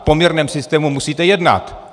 V poměrném systému musíte jednat.